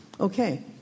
Okay